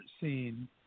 scene